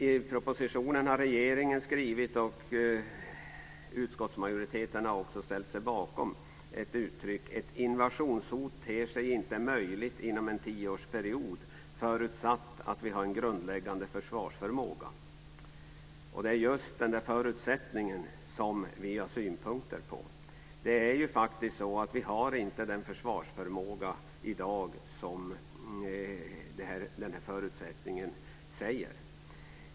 I propositionen har regeringen skrivit - och utskottsmajoriteten har ställt sig bakom detta - ett uttryck enligt följande: Ett invasionshot ter sig inte möjligt inom en tioårsperiod förutsatt att vi har en grundläggande försvarsförmåga. Det är just den där förutsättningen som vi har synpunkter på. Vi har faktiskt inte den försvarsförmåga i dag som denna förutsättning anger.